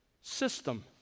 system